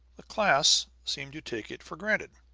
the class seemed to take it for granted